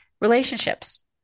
relationships